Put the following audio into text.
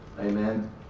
Amen